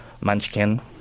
Munchkin